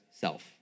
self